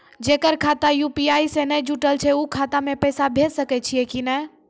जेकर खाता यु.पी.आई से नैय जुटल छै उ खाता मे पैसा भेज सकै छियै कि नै?